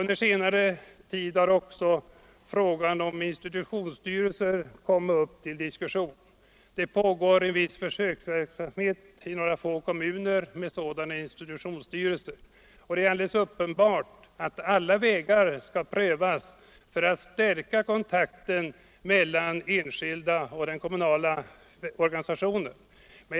Under senare tid har också frågan om institutionsstyrelser kommit upp till diskussion. Det pågår en viss försöksverksamhet i några få kommuner med sådana institutionsstyrelser, och det är alldeles uppenbart att alla vägar skall prövas för att stärka kontakten mellan de enskilda invånarna och den kommunala organisationen.